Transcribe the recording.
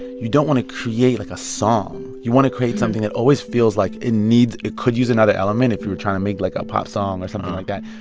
you don't want to create, like, a song. you want to create something that always feels like it needs it could use another element if you were trying to make, like, a pop song or something like that.